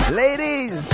ladies